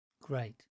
great